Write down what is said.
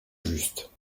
juste